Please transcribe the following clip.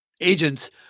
agents